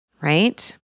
right